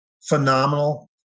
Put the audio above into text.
phenomenal